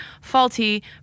faulty